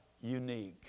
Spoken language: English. unique